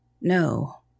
No